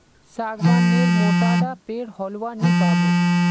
सागवान नेर मोटा डा पेर होलवा नी पाबो